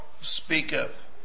speaketh